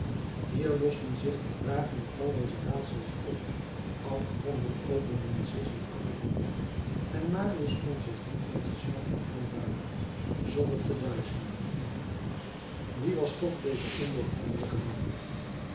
hier losten zich de vragen in tallooze raadsels op afgronden openden zich in afgronden en marius kon zich niet meer tot jean valjean buigen zonder te duizelen wie was toch deze ondoorgrondelijke man